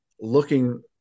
looking